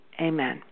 Amen